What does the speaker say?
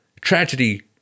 tragedy